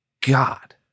God